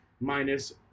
minus